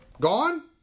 Gone